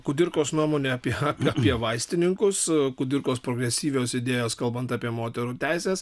kudirkos nuomone apie apie vaistininkus kudirkos progresyvios idėjos kalbant apie moterų teises